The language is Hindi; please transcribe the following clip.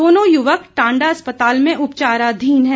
दोनों युवक टांडा अस्पताल में उपचाराधीन हैं